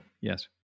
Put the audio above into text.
Yes